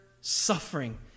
Suffering